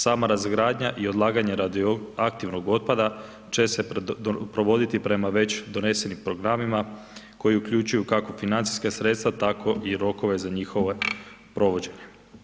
Sama razgradnja i odlaganje radioaktivnog otpada će se provoditi prema već donesenim programima koji uključuju kako financijska sredstva tako i rokove za njihovo provođenje.